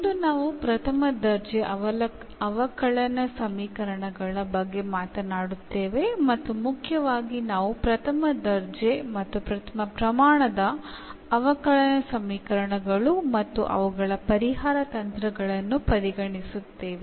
ಇಂದು ನಾವು ಪ್ರಥಮ ದರ್ಜೆ ಅವಕಲನ ಸಮೀಕರಣಗಳ ಬಗ್ಗೆ ಮಾತನಾಡುತ್ತೇವೆ ಮತ್ತು ಮುಖ್ಯವಾಗಿ ನಾವು ಪ್ರಥಮ ದರ್ಜೆ ಮತ್ತು ಪ್ರಥಮ ಪ್ರಮಾಣದ ಅವಕಲನ ಸಮೀಕರಣಗಳು ಮತ್ತು ಅವುಗಳ ಪರಿಹಾರ ತಂತ್ರಗಳನ್ನು ಪರಿಗಣಿಸುತ್ತೇವೆ